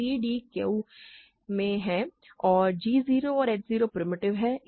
तो c d Q में हैं और g 0 और h 0 प्रिमिटिव हैं